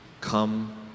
Come